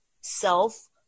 self